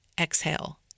exhale